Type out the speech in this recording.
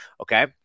Okay